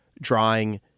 drawing